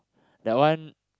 that one